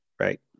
right